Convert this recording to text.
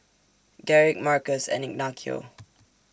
Garrick Markus and Ignacio